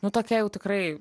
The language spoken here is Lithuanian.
nu tokia jau tikrai